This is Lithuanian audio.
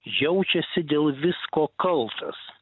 jaučiasi dėl visko kaltas